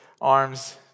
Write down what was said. arm's